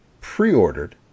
pre-ordered